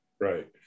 Right